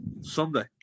Sunday